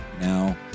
now